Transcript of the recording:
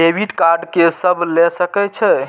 Debit card के सब ले सके छै?